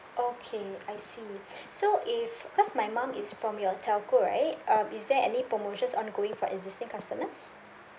okay I see so if because my mum is from your telco right um is there any promotions ongoing for existing customers